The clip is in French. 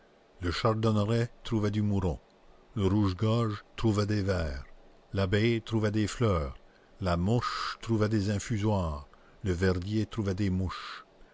le chardonneret trouvait du mouron le rouge-gorge trouvait des vers l'abeille trouvait des fleurs la mouche trouvait des infusoires le verdier trouvait des mouches